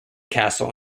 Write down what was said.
castle